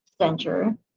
center